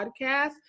podcast